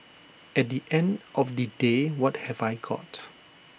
at the end of the day what have I got